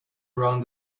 around